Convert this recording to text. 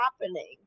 happening